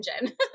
engine